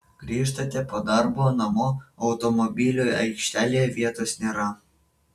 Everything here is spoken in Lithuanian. grįžtate po darbo namo o automobiliui aikštelėje vietos nėra